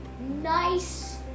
nice